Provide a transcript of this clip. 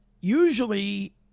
usually